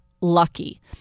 lucky